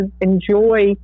enjoy